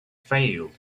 failed